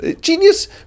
genius